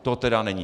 To tedy není.